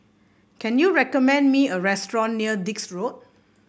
can you recommend me a restaurant near Dix Road